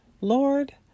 Lord